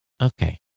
Okay